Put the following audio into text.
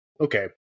okay